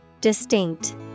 Distinct